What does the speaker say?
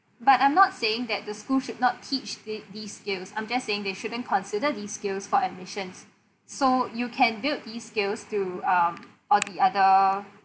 but I'm not saying that the school should not teach the~ these skills I'm just saying they shouldn't consider these skills for admissions so you can build these skills to um or the other